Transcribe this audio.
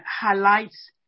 highlights